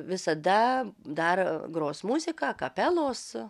visada dar gros muzika kapelos